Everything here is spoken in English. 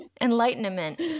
Enlightenment